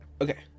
Okay